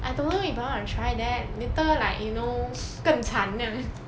I don't know if I wanna try that later like you know 更惨 then